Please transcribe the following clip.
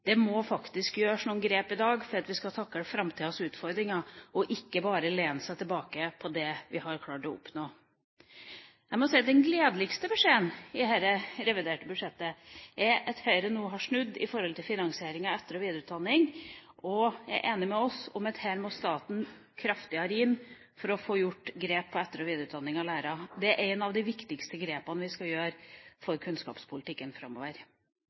Det må faktisk gjøres noen grep i dag for at vi skal takle framtidas utfordringer. En kan ikke bare lene seg tilbake på det vi har klart å oppnå. Jeg må si at den gledeligste beskjeden i dette reviderte budsjettet er at Høyre nå har snudd når det gjelder finansieringa av etter- og videreutdanning, og er enig med oss i at her må staten kraftigere inn for å få gjort grep for etter- og videreutdanning av lærere. Det er et av de viktigste grepene vi skal gjøre for kunnskapspolitikken framover.